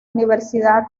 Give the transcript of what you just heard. universidad